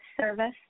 service